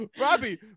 Robbie